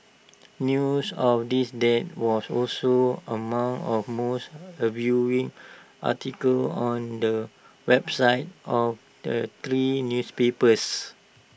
news of this death was also among of most A viewing articles on the websites of the three newspapers